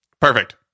Perfect